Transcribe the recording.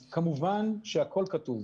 כמובן שהכול כתוב,